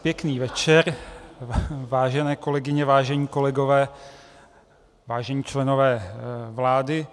Pěkný večer, vážené kolegyně, vážení kolegové, vážení členové vlády.